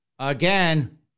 Again